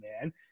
man